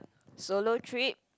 solo trip